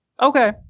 Okay